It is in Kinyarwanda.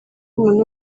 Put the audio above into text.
umuntu